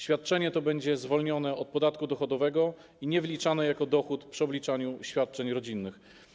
Świadczenie to będzie zwolnione od podatku dochodowego i nie będzie wliczane jako dochód przy obliczaniu świadczeń rodzinnych.